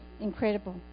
incredible